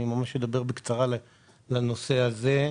אני אדבר בקצרה על הנושא הזה.